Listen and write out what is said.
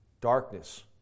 Darkness